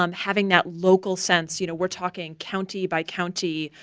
um having that local sense you know, we're talking county by county,